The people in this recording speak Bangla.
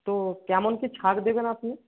তো কেমন কি ছাড় দেবেন আপনি